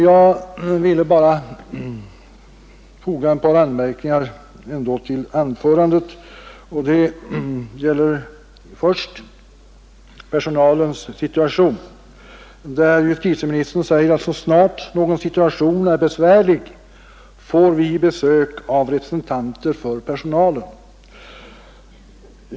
Jag ville ändå foga ett par anmärkningar till anförandet. Det gäller först personalens situation. Justitieministern säger, att så snart någon besvärlig situation uppkommer får vi besök av representanter för personalen.